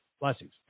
Blessings